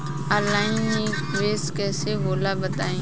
Online निवेस कइसे होला बताईं?